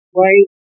right